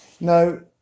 No